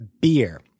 Beer